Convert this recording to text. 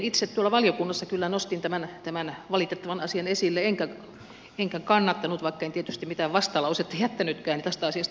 itse tuolla valiokunnassa kyllä nostin tämän valitettavan asian esille enkä kannattanut sitä vaikka en tietysti mitään vastalausetta jättänytkään tästä asiasta